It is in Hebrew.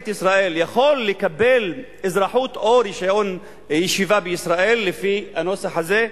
ישראל יכול לקבל אזרחות או רשיון ישיבה בישראל לפי הנוסח הזה?